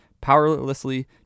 powerlessly